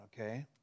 okay